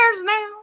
now